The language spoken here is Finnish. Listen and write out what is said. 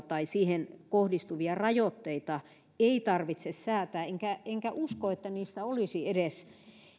tai siihen kohdistuvia rajoitteita ei tarvitse säätää enkä enkä usko että niistä olisi edes